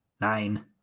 Nine